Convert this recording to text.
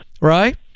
right